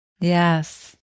Yes